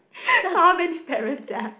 got how many parent sia